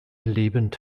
lebend